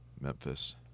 Memphis